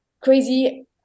crazy